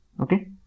okay